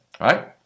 right